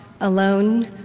Alone